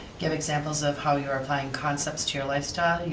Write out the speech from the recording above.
give examples of how you're applying concepts to your lifestyle.